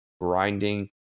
grinding